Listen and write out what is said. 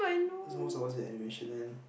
so most of us in animation then